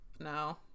no